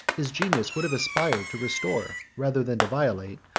his genius would have aspired to restore, rather than to violate,